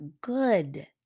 good